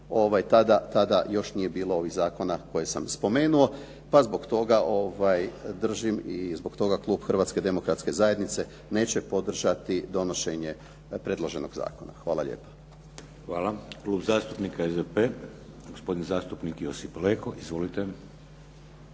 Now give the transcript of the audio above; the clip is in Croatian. tada još nije bilo ovih zakona koje sam spomenuo, pa zbog toga držim i zbog toga klub Hrvatske demokratske zajednice neće podržati donošenje predloženog zakona. Hvala lijepa. **Šeks, Vladimir (HDZ)** Hvala. Klub zastupnika SDP-a, gospodin zastupnik Josip Leko. Izvolite.